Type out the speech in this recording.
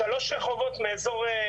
שלוש רחובות מאזור,